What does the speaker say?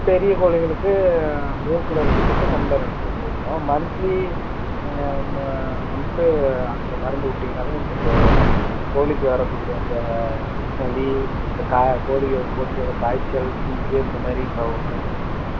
பெரிய கோழிங்களுக்கு மூக்கில் ரெண்டு சொட்டு கண்ணில் ரெண்டு சொட்டு விட்ணும் மந்த்லி நீங்கள் நம்ம ஒன்ஸு அந்த மருந்து விட்டீங்கன்னாவே உங்களுக்கு கோழிக்கி வரக்கூடிய அந்த சளி இந்த கா கோழிக்கி கோழிக்கி வர்ற காய்ச்சல் சீக்கு இந்த மாதிரி ப்ராபளம்லாம் எதுவுமே வராது